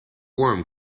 worm